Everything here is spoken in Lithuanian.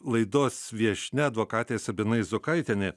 laidos viešnia advokatė sabina izokaitienė